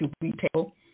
retail